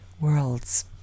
worlds